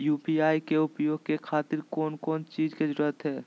UPI के उपयोग के खातिर कौन कौन चीज के जरूरत है?